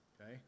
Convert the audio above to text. Okay